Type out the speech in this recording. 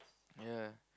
yeah